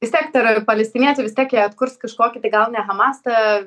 vis tiek tai yra palestiniečiai vis tiek jie atkurs kažkokį tai gal ne hamasą